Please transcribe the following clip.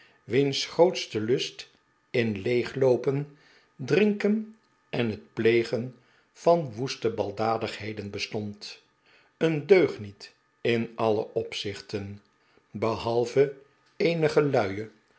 wiens grootste lust in leegloopen drinken en het plegen van woeste baldadigheden bestond een deugniet in alle opzichten behalve eenige luie